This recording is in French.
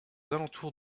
alentours